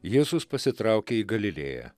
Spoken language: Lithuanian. jėzus pasitraukia į galilėją